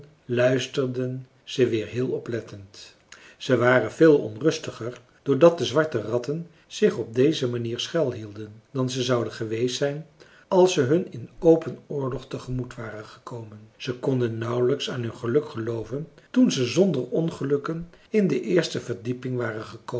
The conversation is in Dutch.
luisterden ze weer heel oplettend ze waren veel onrustiger doordat de zwarte ratten zich op deze manier schuil hielden dan ze zouden geweest zijn als ze hun in open oorlog tegemoet waren gekomen ze konden nauwelijks aan hun geluk gelooven toen ze zonder ongelukken in de eerste verdieping waren gekomen